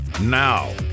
Now